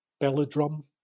Belladrum